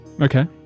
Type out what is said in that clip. Okay